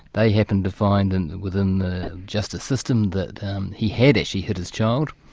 they happened to find and within the justice system, that he had actually hit his child,